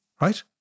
Right